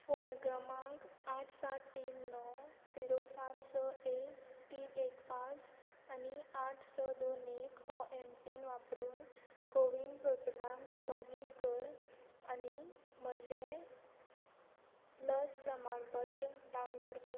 phone क्रमांक आट सात तीन णव जिरो सात स एक तीन एक पांच आनी आठ स दोन एक हो एमपीन वापरून कोविन पोर्टलांत लॉगीन कर आनी म्हजें लस प्रमाणपत्र डावनलोड कर